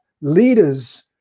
leaders